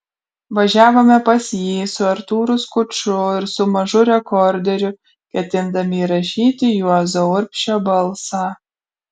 važiavome pas jį su artūru skuču ir su mažu rekorderiu ketindami įrašyti juozo urbšio balsą